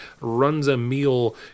Runs-A-Meal